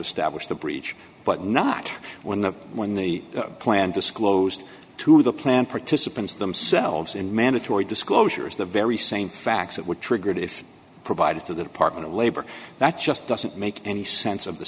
established the breach but not when the when the plan disclosed to the plan participants themselves in mandatory disclosures the very same facts that would trigger it if provided to the department of labor that just doesn't make any sense of the